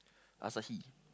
Asahi